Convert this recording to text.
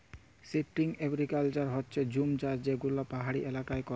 shifting agriculture হচ্যে জুম চাষ যে গুলা পাহাড়ি এলাকায় ক্যরে